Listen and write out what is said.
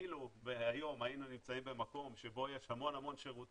אילו היום היינו נמצאים במקום שבו יש המון שירותים,